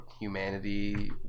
humanity